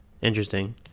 Interesting